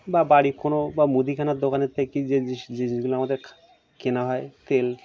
বা বাড়ি কোনো বা মুদিখানার দোকানের থেকে যে জিনিসগুলো আমাদের কেনা হয় তেল